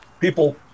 People